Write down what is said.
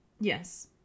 Yes